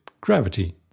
gravity